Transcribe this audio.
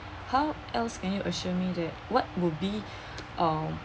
how else can you assure me that what will be um